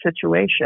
situation